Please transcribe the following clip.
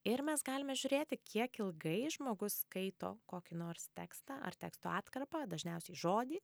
ir mes galime žiūrėti kiek ilgai žmogus skaito kokį nors tekstą ar teksto atkarpą dažniausiai žodį